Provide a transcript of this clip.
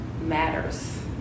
matters